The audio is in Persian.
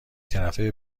طرفه